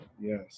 Yes